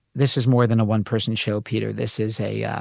this is more than a one person show. peter, this is a yeah